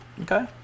Okay